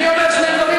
אני אומר שני דברים,